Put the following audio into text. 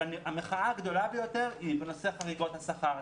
אבל המחאה הגדולה ביותר היא בנושא חריגות השכר.